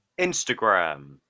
instagram